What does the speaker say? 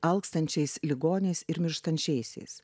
alkstančiais ligoniais ir mirštančiaisiais